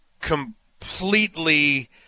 completely